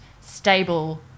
stable